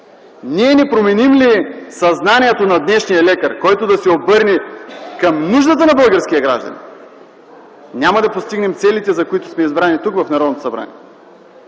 Ние, не променим ли съзнанието на днешния лекар, който да се обърне към нуждата на българския гражданин, няма да постигнем целите, за които сме избрани тук, в Народното събрание.